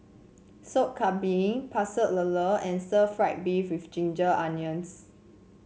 Sop Kambing Pecel Lele and stir fry beef with Ginger Onions